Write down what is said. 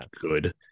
good